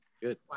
Good